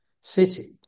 city